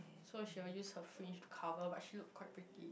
so she will use her fringe to cover but she look quite pretty